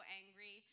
angry